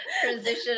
transition